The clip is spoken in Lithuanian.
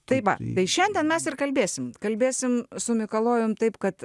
tai va bei šiandien mes ir kalbėsim kalbėsim su mikalojum taip kad